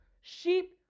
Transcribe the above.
Sheep